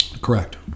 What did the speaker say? Correct